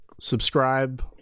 subscribe